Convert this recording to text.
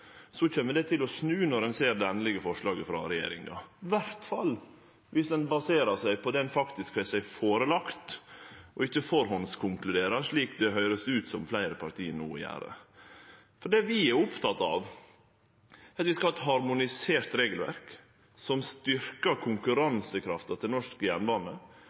kjem det til å snu når ein ser det endelege forslaget frå regjeringa – i alle fall dersom ein baserer seg på kva som faktisk vert lagt fram, og ikkje konkluderer på førehand, slik det høyrest ut som fleire parti no gjer. Det vi er opptekne av, er at vi skal ha eit harmonisert regelverk som styrkjer konkurransekrafta til norsk jernbane.